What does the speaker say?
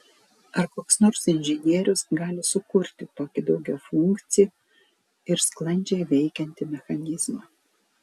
ar koks nors inžinierius gali sukurti tokį daugiafunkcį ir sklandžiai veikiantį mechanizmą